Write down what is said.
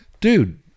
dude